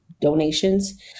donations